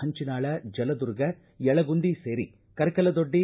ಹಂಚಿನಾಳ ಜಲದುರ್ಗ ಯಳಗುಂದಿ ಸೇರಿ ಕರಕಲದೊಡ್ಡಿ